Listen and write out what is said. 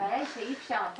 הבעיה היא שאי אפשר.